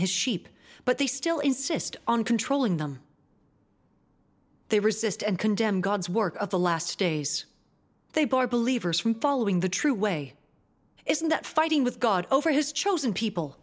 his sheep but they still insist on controlling them they resist and condemn god's work of the last days they bore believe are from following the true way isn't that fighting with god over his chosen people